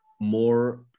more